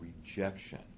rejection